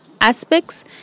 aspects